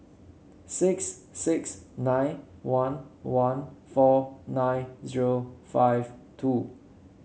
six six nine one one four nine zero five two